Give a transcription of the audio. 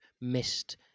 missed